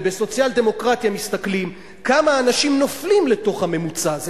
ובסוציאל-דמוקרטיה מסתכלים כמה אנשים נופלים לתוך הממוצע הזה.